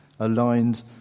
Aligned